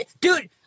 Dude